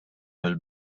mill